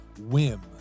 whim